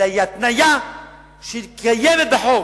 אלא היא התניה שקיימת בחוק,